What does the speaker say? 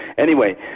anyway,